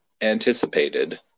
anticipated